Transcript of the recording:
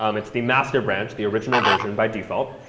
um it's the master branch, the original version, by default.